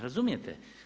Razumijete?